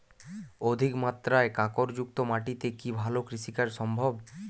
অধিকমাত্রায় কাঁকরযুক্ত মাটিতে কি ভালো কৃষিকাজ সম্ভব?